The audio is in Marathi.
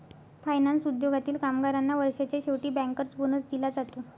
फायनान्स उद्योगातील कामगारांना वर्षाच्या शेवटी बँकर्स बोनस दिला जाते